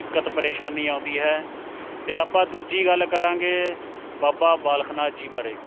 ਦਿੱਕਤ ਪਰੇਸ਼ਾਨੀ ਆਉਂਦੀ ਹੈ ਅਤੇ ਆਪਾਂ ਦੂਜੀ ਗੱਲ ਕਰਾਂਗੇ ਬਾਬਾ ਬਾਲਕ ਨਾਥ ਜੀ ਬਾਰੇ